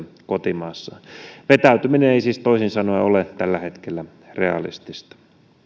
kotimaassaan vetäytyminen ei siis toisin sanoen ole tällä hetkellä realistista